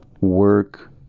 work